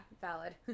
Valid